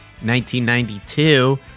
1992